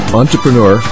entrepreneur